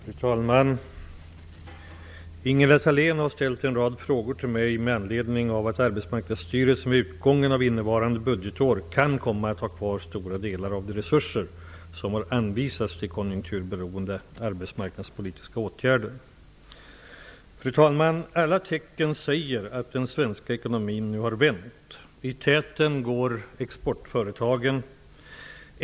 Fru talman! Ingela Thalén har ställt en rad frågor till mig med anledning av att Arbetsmarknadsstyrelsen vid utgången av innevarande budgetår kan komma att ha kvar stora delar av de resurser som har anvisats till konjunkturberoende arbetsmarknadspolitiska åtgärder. Fru talman! Alla tecken säger att den svenska ekonomin nu har vänt. I täten går exportföretagen.